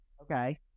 Okay